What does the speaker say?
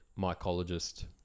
mycologist